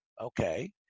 okay